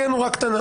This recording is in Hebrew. תהיה נורא קטנה.